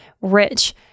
rich